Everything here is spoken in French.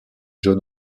john